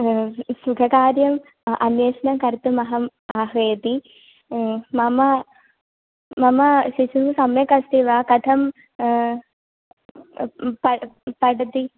सुखकार्यम् अन्वेषणं कर्तुम् अहम् आह्वयति मम मम शिशुः सम्यक् अस्ति वा कथं प पठति